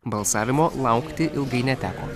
balsavimo laukti ilgai neteko